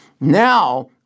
now